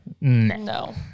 no